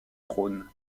trône